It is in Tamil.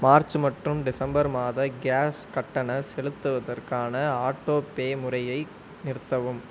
மார்ச் மற்றும் டிசம்பர் மாத கேஸ் கட்டணம் செலுத்துவதற்கான ஆட்டோபே முறையை நிறுத்தவும்